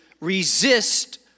resist